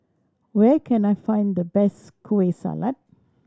where can I find the best Kueh Salat